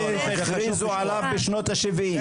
הכריזו עליו בשנות ה-70',